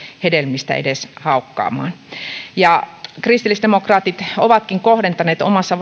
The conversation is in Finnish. hedelmistä edes haukkaamaan kristillisdemokraatit ovatkin kohdentaneet omassa